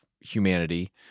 humanity